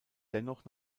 dennoch